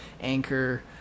anchor